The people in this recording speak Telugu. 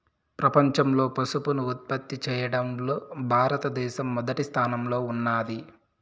ప్రపంచంలో పసుపును ఉత్పత్తి చేయడంలో భారత దేశం మొదటి స్థానంలో ఉన్నాది